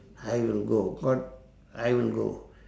I will go but I will go